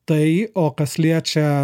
tai o kas liečia